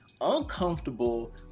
uncomfortable